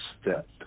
step